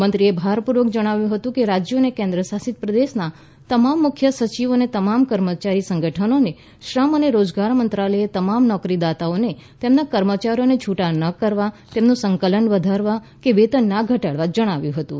મંત્રીએ ભારપૂર્વક જણાવ્યું હતું કે રાજ્યો અને કેન્દ્રશાસિત પ્રદેશોના તમામ મુખ્ય સચિવો અને તમામ કર્મચારી સંગઠનોને શ્રમ અને રોજગાર મંત્રાલયે તમામ નોકરીદાતાઓને તેમના કર્મચારીઓને છુટા ના કરવા તેમનું સંકલન વધારવા કે વેતન નાઘટાડવા જણાવ્યું હતું